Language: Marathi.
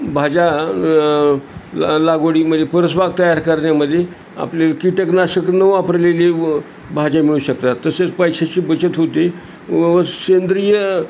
भाज्या ला लागवडीमध्ये परसबाग तयार करण्यामध्ये आपले कीटकनाशक न वापरलेली भाज्या मिळू शकतात तसेच पैशाची बचत होते व सेंद्र्रीय